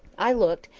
i looked,